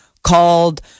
called